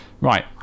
Right